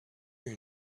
you